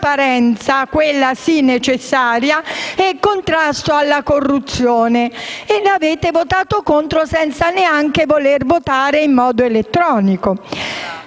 quella sì necessaria - e contrasto alla corruzione. Avete votato contro senza neanche voler utilizzare il sistema elettronico.